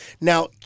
Now